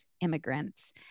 immigrants